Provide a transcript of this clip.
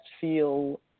feel